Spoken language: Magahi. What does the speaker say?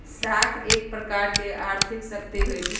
साख एक प्रकार के आर्थिक शक्ति होइ छइ